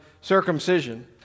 circumcision